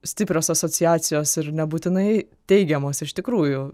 stiprios asociacijos ir nebūtinai teigiamos iš tikrųjų